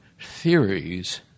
theories